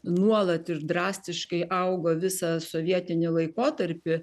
nuolat ir drastiškai augo visą sovietinį laikotarpį